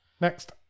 Next